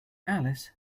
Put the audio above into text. alice